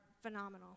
phenomenal